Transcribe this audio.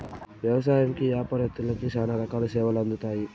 వ్యవసాయంకి యాపారత్తులకి శ్యానా రకాల సేవలు అందుతాయి